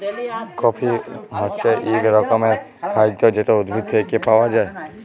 coffee হছে ইক রকমের খাইদ্য যেট উদ্ভিদ থ্যাইকে পাউয়া যায়